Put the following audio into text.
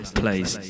please